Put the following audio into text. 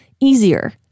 easier